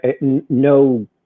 no